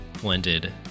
blended